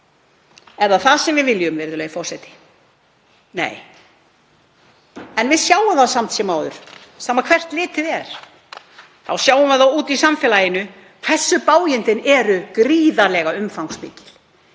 það það sem við viljum, virðulegi forseti? Nei, en við sjáum það samt sem áður, sama hvert litið er, sjáum það úti í samfélaginu, hversu bágindin eru gríðarlega umfangsmikil.